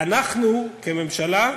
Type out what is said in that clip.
אנחנו כממשלה,